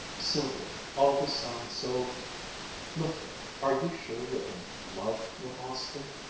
sylvia, all this sounds so look here, are you sure you're in love with austin?